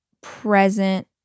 present